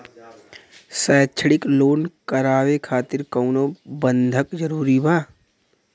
शैक्षणिक लोन करावे खातिर कउनो बंधक जरूरी बा?